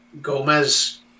Gomez